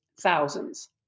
thousands